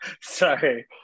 Sorry